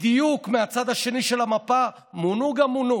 בדיוק מהצד השני של המפה, מונו גם מונו.